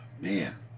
Man